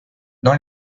dans